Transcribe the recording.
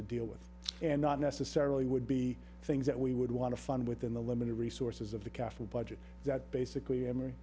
to deal with and not necessarily would be things that we would want to fund within the limited resources of the kaffir budget that basically every